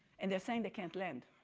and they are saying they can't lend,